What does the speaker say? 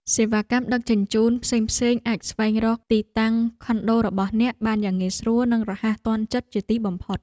សេវាកម្មដឹកជញ្ជូនផ្សេងៗអាចស្វែងរកទីតាំងខុនដូរបស់អ្នកបានយ៉ាងងាយស្រួល និងរហ័សទាន់ចិត្តជាទីបំផុត។